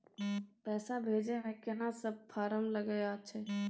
पैसा भेजै मे केना सब फारम लागय अएछ?